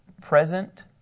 present